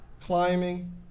climbing